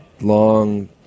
long